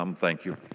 um thank you.